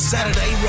Saturday